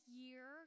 year